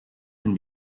can